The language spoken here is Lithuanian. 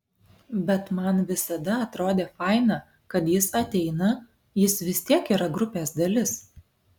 bet man visada atrodė faina kad jis ateina jis vis tiek yra grupės dalis